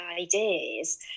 ideas